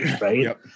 Right